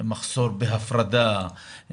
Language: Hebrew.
מחסור בהפרדה,